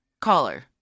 Caller